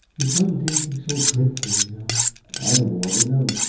it wasn't anything so dreadful, you know i don't want to know.